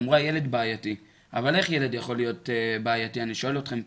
אבל איך ילד יכול להיות בעייתי, אני שואל אתכם פה.